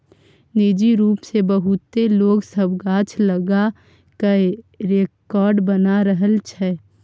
निजी रूप सँ बहुते लोक सब गाछ लगा कय रेकार्ड बना रहल छै